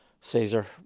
Caesar